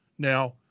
now